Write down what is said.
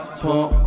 pump